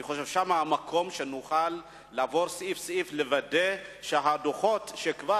אני חושב שזה המקום שבו נוכל לעבור סעיף-סעיף ולוודא שהדברים שכבר